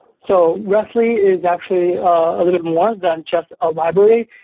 so rest li is actually a little bit more than just a library.